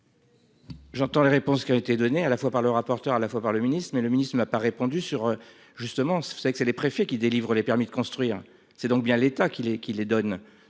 J'entends les réponses qui ont été donné à la fois par le rapporteur à la fois par le ministre et le ministre, il m'a pas répondu sur justement si vous savez que c'est les préfets qui délivrent les permis de construire. C'est donc bien l'État qui les,